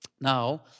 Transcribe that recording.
Now